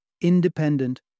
independent